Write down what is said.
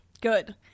Good